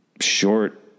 short